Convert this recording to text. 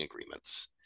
agreements